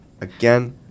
again